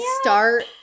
start